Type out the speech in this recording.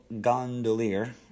gondolier